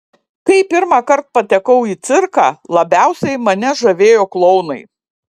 kai pirmąkart patekau į cirką labiausiai mane žavėjo klounai